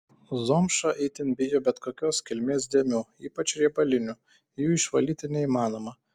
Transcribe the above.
zomša itin bijo bet kokios kilmės dėmių ypač riebalinių jų išvalyti neįmanoma